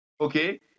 okay